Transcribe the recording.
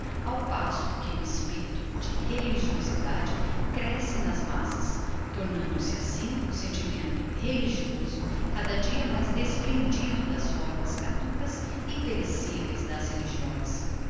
ao passo que o espirito de religiosidade cresce nas massas tornando-se assim o sentimento religioso cada dia mais desprendido das fórmas caducas e pereciveis das religiões